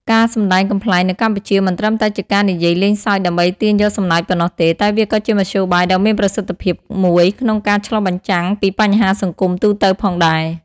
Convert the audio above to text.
ការសម្ដែងកំប្លែងនៅកម្ពុជាមិនត្រឹមតែជាការនិយាយលេងសើចដើម្បីទាញយកសំណើចប៉ុណ្ណោះទេ តែវាក៏ជាមធ្យោបាយដ៏មានប្រសិទ្ធភាពមួយក្នុងការឆ្លុះបញ្ចាំងពីបញ្ហាសង្គមទូទៅផងដែរ។